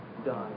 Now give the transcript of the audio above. done